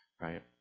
Right